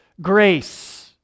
grace